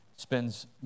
Spends